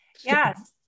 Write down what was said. Yes